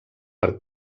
per